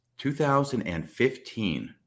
2015